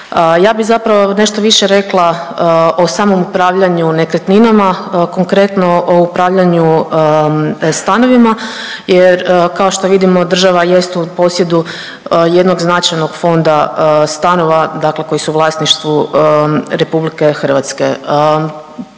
Ja bi zapravo nešto više rekla o samom upravljanju nekretninama, konkretno o upravljanju stanovima jer kao što vidimo država jest u posjedu jednog značajnog fonda stanova dakle koji su u vlasništvu RH. Takav